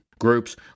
Groups